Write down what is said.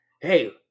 hey